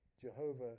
Jehovah